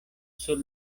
sur